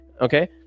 okay